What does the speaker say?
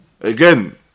Again